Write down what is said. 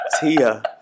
Tia